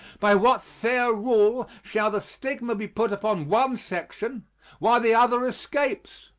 by what fair rule shall the stigma be put upon one section while the other escapes?